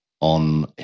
on